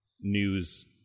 news